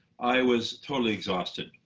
i was totally exhausted.